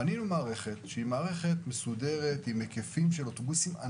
בנינו מערכת מסודרת עם היקפים ענקיים של אוטובוסים.